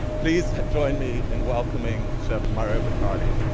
please join me in welcoming chef mario batali.